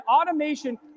automation